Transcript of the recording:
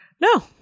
No